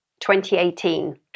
2018